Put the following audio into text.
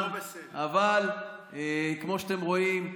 אבל כמו שאתם רואים,